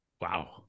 Wow